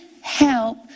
help